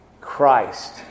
Christ